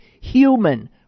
human